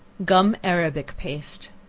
gum arabic paste.